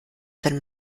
wenn